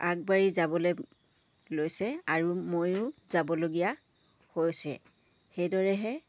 আগবাঢ়ি যাবলৈ লৈছে আৰু ময়ো যাবলগীয়া হৈছে সেইদৰেহে